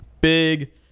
big